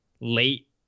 late